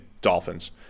Dolphins